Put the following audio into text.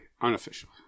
Unofficial